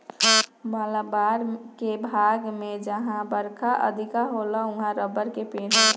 मालाबार के भाग में जहां बरखा अधिका होला उहाँ रबड़ के पेड़ होला